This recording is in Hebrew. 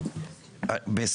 לי,